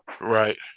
Right